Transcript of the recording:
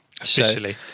Officially